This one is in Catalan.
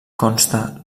consta